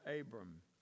Abram